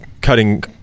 cutting